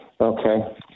Okay